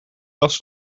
last